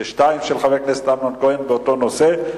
שתיים מהן של חבר הכנסת אמנון כהן באותו נושא,